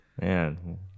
man